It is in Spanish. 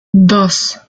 dos